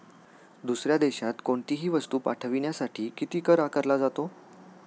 दुसऱ्या देशात कोणीतही वस्तू पाठविण्यासाठी किती कर आकारला जातो?